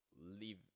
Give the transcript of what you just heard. leave